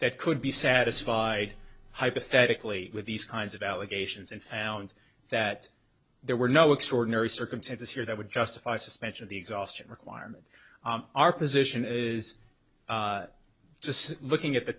that could be satisfied hypothetically with these kinds of allegations and found that there were no extraordinary circumstances here that would justify suspension of the exhaustion requirement our position is just looking at the